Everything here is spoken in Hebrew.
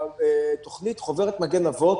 תוכנית חוברת "מגן אבות"